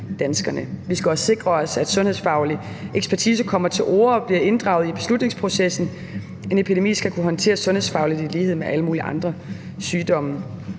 Vi skal også sikre os, at sundhedsfaglig ekspertise kommer til orde og bliver inddraget i beslutningsprocessen. En epidemi skal kunne håndteres sundhedsfagligt i lighed med alle mulige andre sygdomme.